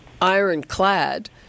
ironclad